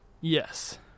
Yes